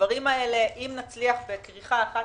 הדברים האלה אם נצליח בכריכה אחת